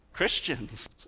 Christians